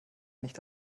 nicht